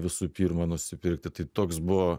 visų pirma nusipirkti tai toks buvo